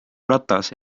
ratas